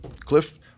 Cliff